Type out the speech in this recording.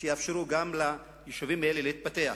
שיאפשרו ליישובים האלה להתפתח,